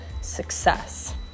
success